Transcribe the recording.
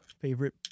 Favorite